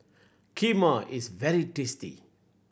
kheema is very tasty